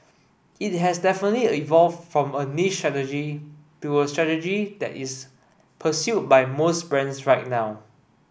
it has definitely evolved from a niche strategy to a strategy that is pursued by most brands right now